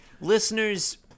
Listeners